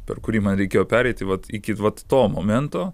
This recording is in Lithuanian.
per kurį man reikėjo pereiti vat iki pat to momento